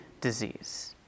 disease